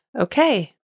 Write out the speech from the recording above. okay